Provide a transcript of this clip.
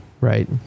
Right